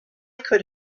could